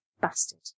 Bastard